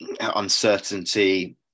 uncertainty